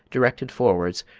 directed forwards,